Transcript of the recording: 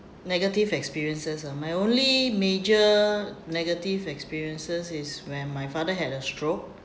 negative experiences ah my only major negative experiences is when my father had a stroke